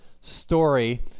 story